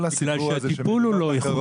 כל הסיפור הזה של מדינות אחרות,